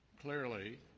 Clearly